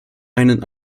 einen